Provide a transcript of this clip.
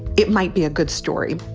it might be a good story.